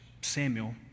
Samuel